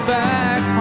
back